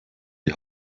die